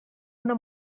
una